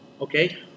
Okay